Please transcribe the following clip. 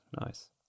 nice